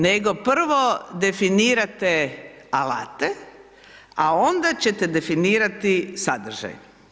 Nego prvo definirate alate a onda ćete definirati sadržaj.